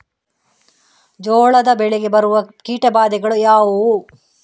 ಜೋಳದ ಬೆಳೆಗೆ ಬರುವ ಕೀಟಬಾಧೆಗಳು ಯಾವುವು?